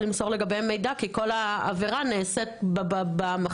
למסור לגביהם מידע כי כל עבירה נעשית במחשב,